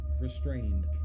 restrained